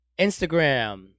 instagram